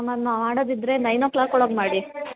ma'am ಮಾಡೋದಿದ್ದರೆ nine o'clock ಒಳಗೆ ಮಾಡಿ